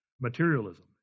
materialism